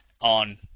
on